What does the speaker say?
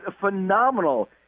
phenomenal